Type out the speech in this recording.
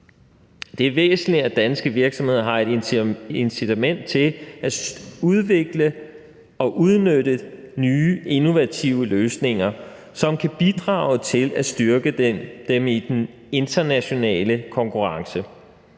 Det er væsentligt, at danske virksomheder har et incitament til at udvikle og udnytte nye, innovative løsninger, som kan bidrage til at styrke dem i den internationale konkurrence.